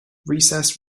recess